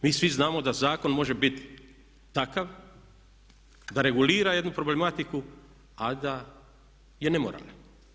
Mi svi znamo da zakon može biti takav da regulira jednu problematiku a da je nemoralan.